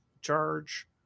charge